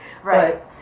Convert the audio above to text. Right